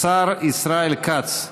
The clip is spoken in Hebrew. השר ישראל כץ,